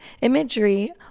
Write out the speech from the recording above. imagery